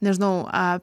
nežinau a